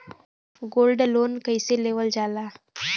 Gold loan कईसे लेवल जा ला?